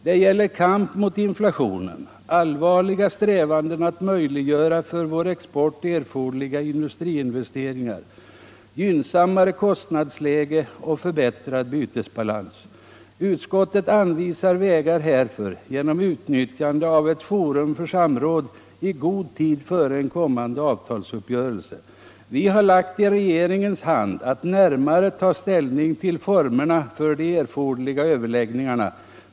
Det gäller kamp mot inflationen, allvarliga strävanden att möjliggöra för vår export erforderliga industriinvesteringar, gynnsammare kostnadsläge och förbättrad bytesbalans. Utskottet anvisar vägar härför genom utnyttjande av ett forum för samråd i god tid före en kommande avtalsuppgörelse. Vi har lagt i regeringens hand att närmare ta ställning till formerna för de erforderliga överläggningarna.